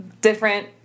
Different